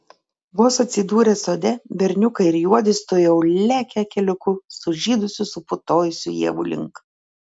vos atsidūrę sode berniukai ir juodis tuojau lekia keliuku sužydusių suputojusių ievų link